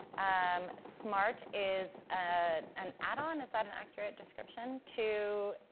um smart is ah an add-on, is that an accurate description. to